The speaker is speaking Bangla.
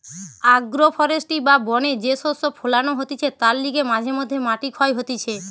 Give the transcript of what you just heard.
আগ্রো ফরেষ্ট্রী বা বনে যে শস্য ফোলানো হতিছে তার লিগে মাঝে মধ্যে মাটি ক্ষয় হতিছে